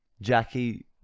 Jackie